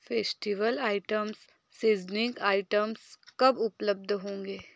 festival items seasoning items कब उपलब्ध होंगे